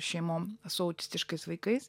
šeimom su autistiškais vaikais